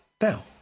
now